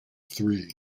three